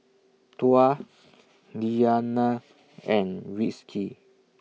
Tuah Diyana and Rizqi